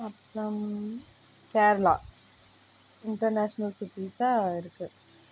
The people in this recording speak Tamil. அப்புறம் கேரளா இன்டர்நேஷனல் சிட்டீஸாக இருக்குது